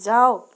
যাওক